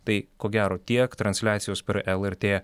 tai ko gero tiek transliacijos per lrt